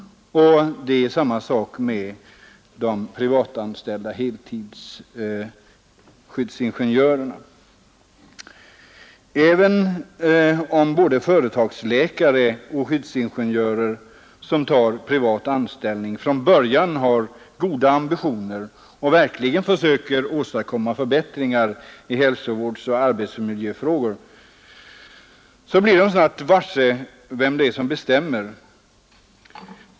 Samma sak gäller de heltidsanställda skyddsingenjörerna. Även om både företagsläkare och skyddsingenjörer, som tar privat anställning, från början har goda ambitioner och verkligen försöker åstadkomma förbättringar i hälsovårdsoch arbetsmiljöfrågor, blir de snart varse vem det är som bestämmer.